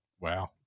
Wow